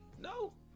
No